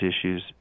issues